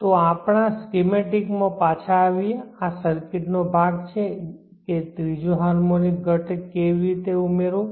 તો આપણા સ્કીમેટીકમાં પાછા આવીએ સર્કિટનો આ ભાગ છે કે ત્રીજો હાર્મોનિક ઘટક કેવી રીતે ઉમેરવો